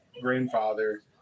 grandfather